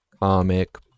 Comic